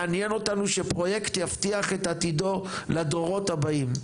מעניין אותנו שפרויקט יבטיח את עתידו לדורות הבאים.